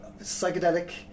psychedelic